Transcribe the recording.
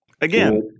again